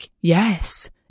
Yes